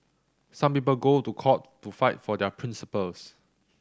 some people go to court to fight for their principles